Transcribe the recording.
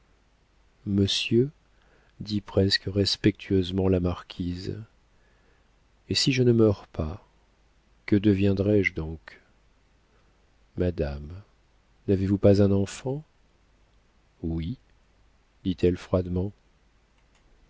monsieur dit presque respectueusement la marquise et si je ne meurs pas que deviendrai-je donc madame n'avez-vous pas un enfant oui dit-elle froidement